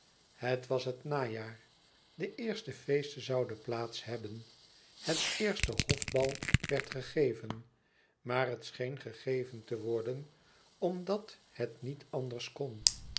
het was het najaar de eerste feesten zouden plaats hebben het eerste hofbal werd gegeven maar het scheen gegeven te worden omdat het niet anders kon